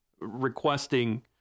requesting